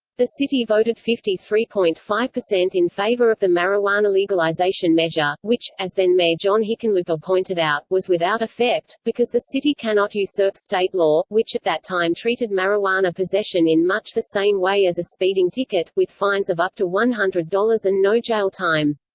the city voted fifty three point five percent in favor of the marijuana legalization measure, which, as then-mayor john hickenlooper pointed out, was without effect, because the city cannot usurp state law, which at that time treated marijuana possession in much the same way as a speeding ticket, with fines of up to one hundred dollars and no jail time.